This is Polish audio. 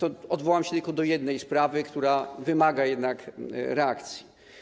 Odwołam się tylko do jednej sprawy, która wymaga jednak reakcji.